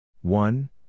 one